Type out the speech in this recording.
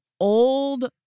old